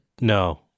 No